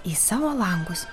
į savo langus